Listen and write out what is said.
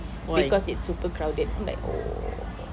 because it's super crowded I'm like oh